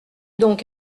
donc